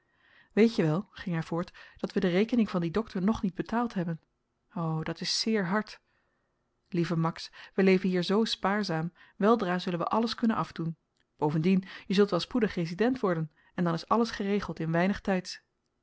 weet je wel ging hy voort dat wy de rekening van dien dokter nog niet betaald hebben o dat is zeer hard lieve max we leven hier zoo spaarzaam weldra zullen wy alles kunnen afdoen bovendien je zult wel spoedig resident worden en dan is alles geregeld in weinig tyds